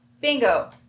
Bingo